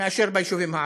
מאשר ביישובים הערביים.